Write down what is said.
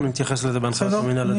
אנחנו נתייחס לזה בהנחיות המינהל.